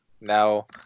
now